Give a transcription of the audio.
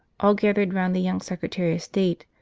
all gathered round the young secretary of state,